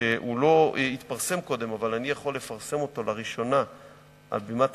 שהוא לא התפרסם קודם אבל אני יכול לפרסם אותו לראשונה על בימת הכנסת,